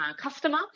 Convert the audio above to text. customer